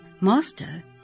Master